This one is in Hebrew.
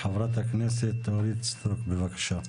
ח"כ אורית סטרוק בבקשה.